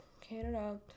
Canada